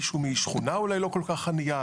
מישהו משכונה אולי לא כל כך ענייה,